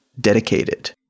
dedicated